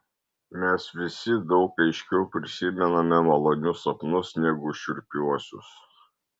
mes visi daug aiškiau prisimename malonius sapnus negu šiurpiuosius